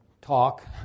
talk